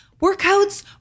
workouts